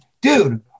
dude